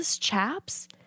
chaps